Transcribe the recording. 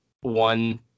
one